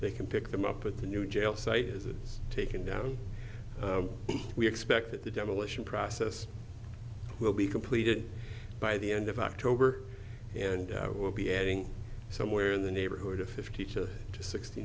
they can pick them up at the new jail site is taken down we expect the demolition process will be completed by the end of october and will be adding somewhere in the neighborhood of fifty to sixty